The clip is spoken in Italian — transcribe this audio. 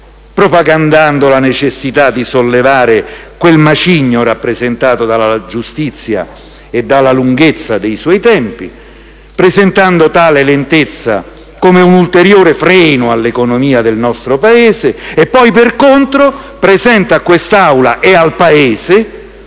propagandando la necessità di sollevare quel macigno rappresentato dalla lunghezza dei tempi della giustizia e presentando tale lentezza come un ulteriore freno all'economia del nostro Paese e poi, per contro, presenta a questa Aula e al Paese